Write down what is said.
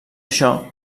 això